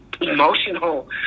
emotional